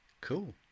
Cool